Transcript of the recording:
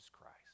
Christ